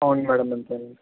అవును మ్యాడం అంతేనండి